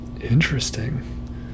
Interesting